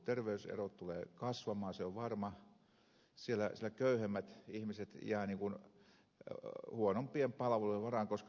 terveyserot tulevat kasvamaan se on varma sillä köyhemmät ihmiset jäävät huonompien palvelujen varaan koska ne eriytyvät niin kuin ed